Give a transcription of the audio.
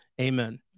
Amen